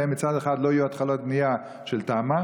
שבהן מצד אחד לא יהיו התחלות בנייה של תמ"א